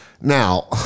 now